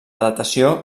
datació